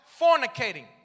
Fornicating